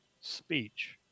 speech